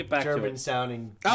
German-sounding